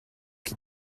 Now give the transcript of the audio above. qui